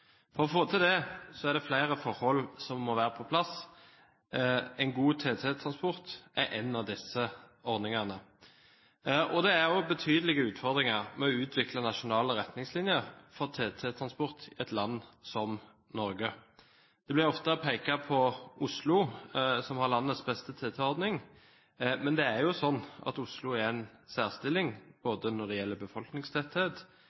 For å få til det er det flere forhold som må være på plass. En god TT-transport er en av disse ordningene. Det er betydelige utfordringer med å utvikle nasjonale retningslinjer for TT-transport i et land som Norge. Det blir ofte pekt på Oslo, som har landets beste TT-ordning, men Oslo er i en særstilling